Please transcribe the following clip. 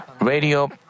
Radio